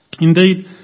Indeed